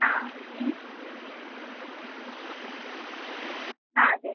ആ ഹ്മ് ആ അതെ